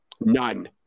none